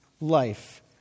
life